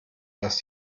dass